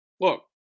look